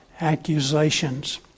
accusations